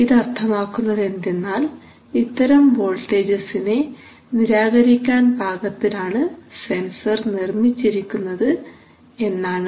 ഇത് അർത്ഥമാക്കുന്നത് എന്തെന്നാൽ ഇത്തരം വോൾട്ടേജസിനെ നിരാകരിക്കാൻ പാകത്തിലാണ് സെൻസർ നിർമ്മിച്ചിരിക്കുന്നത് എന്നാണ്